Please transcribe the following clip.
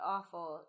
Awful